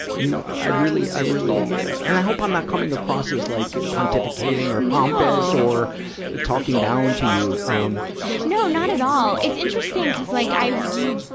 you, i really, i really, yeah and i hope i'm not coming across as like pontificating or pompous or talking down to you. um no, not at all. it's interesting, cuz like i, you,